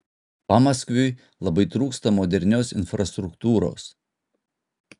pamaskviui labai trūksta modernios infrastruktūros